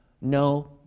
No